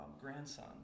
grandson